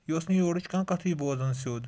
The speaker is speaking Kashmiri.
یہِ اوس نہٕ یورٕچ کانٛہہ کَتھٕے بوزان سیٚود